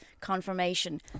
confirmation